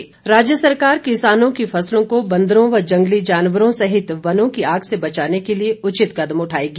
जयराम राज्य सरकार किसानों की फसलों को बंदरों व जंगली जानवरों सहित वनों को आग से बचाने के लिए उचित कदम उठाएगी